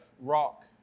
rock